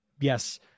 Yes